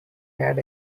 had